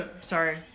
sorry